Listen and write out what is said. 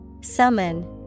Summon